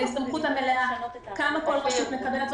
את ההסתמכות המלאה כמה כל רשות מקבלת.